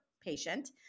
patient